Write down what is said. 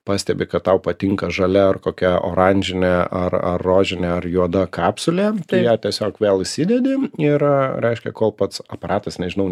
pastebi kad tau patinka žalia ar kokia oranžinė ar ar rožinė ar juoda kapsulė tu ją tiesiog vėl įsidedi ir reiškia kol pats aparatas nežinau